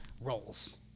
roles